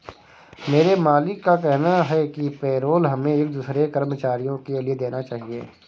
मेरे मालिक का कहना है कि पेरोल हमें एक दूसरे कर्मचारियों के लिए देना चाहिए